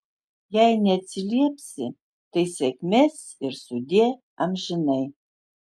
jei neatsiliepsi tai sėkmės ir sudie amžinai